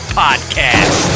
podcast